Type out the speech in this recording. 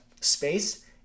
space